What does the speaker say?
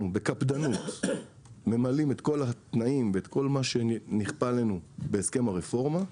ממלאים בקפדנות אחר כל התנאים ואחר כל מה שנכפה עלינו בהסכם הרפורמה,